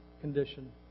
condition